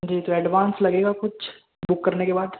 जी तो एडवांस लगेगा कुछ बुक करने के बाद